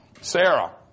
Sarah